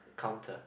counter